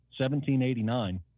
1789